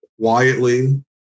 quietly